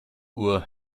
uhr